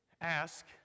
Ask